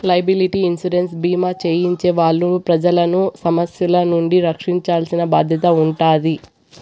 liability insurance భీమా చేయించే వాళ్ళు ప్రజలను సమస్యల నుండి రక్షించాల్సిన బాధ్యత ఉంటాది